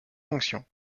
fonctions